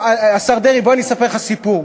השר דרעי, בוא אני אספר לך סיפור.